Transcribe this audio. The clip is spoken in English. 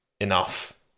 enough